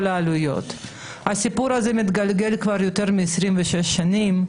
הסיפור מתגלגל כבר יותר מ-26 שנים.